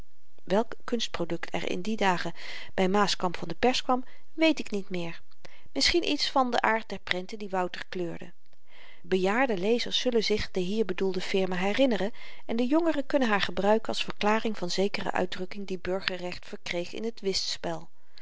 welk kunstprodukt er in die dagen by maaskamp van de pers kwam weet ik niet meer misschien iets van den aard der prenten die wouter kleurde bejaarde lezers zullen zich de hier bedoelde firma herinneren en de jongeren kunnen haar gebruiken als verklaring van zekere uitdrukking die burgerrecht verkreeg in t